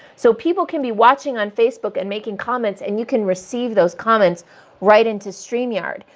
so, people can be watching on facebook and making comments and you can receive those comments right into stream yard.